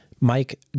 Mike